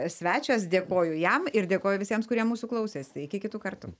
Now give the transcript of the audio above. svečias dėkoju jam ir dėkoju visiems kurie mūsų klausėsi iki kitų kartų